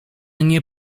nie